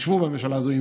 ישבו בממשלה הזאת,